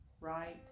right